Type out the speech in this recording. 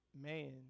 man